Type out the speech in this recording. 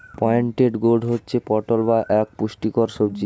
pointed gourd হচ্ছে পটল যা এক পুষ্টিকর সবজি